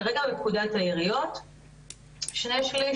כרגע לפקודת העיריות שני שליש,